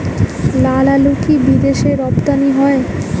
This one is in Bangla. লালআলু কি বিদেশে রপ্তানি হয়?